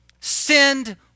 sinned